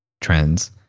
trends